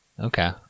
Okay